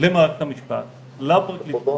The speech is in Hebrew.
למערכת המשפט, לפרקליטות,